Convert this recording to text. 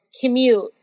commute